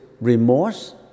remorse